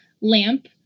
lamp